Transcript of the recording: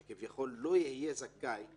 שכביכול הוא לא יהיה זכאי,